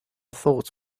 thoughts